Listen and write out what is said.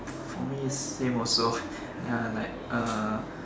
for me is same also ya like err